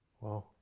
Wow